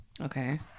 Okay